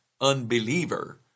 unbeliever